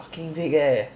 fucking big eh